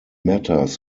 matters